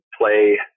play